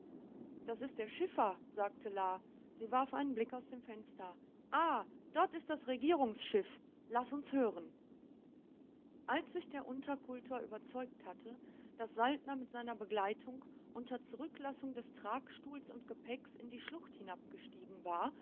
das ist der schiffer sagte la sie warf einen blick aus dem fenster ah dort ist das regierungsschiff laß uns hören als sich der unterkultor überzeugt hatte daß saltner mit seiner begleitung unter zurücklassung des tragstuhls und gepäcks in die schlucht hinabgestiegen war